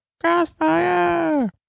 Crossfire